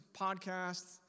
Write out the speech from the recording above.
podcasts